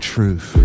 Truth